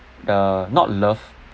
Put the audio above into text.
uh not love